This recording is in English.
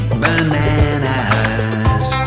bananas